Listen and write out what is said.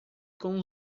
com